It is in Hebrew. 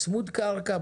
צמוד קרקע,